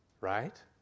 right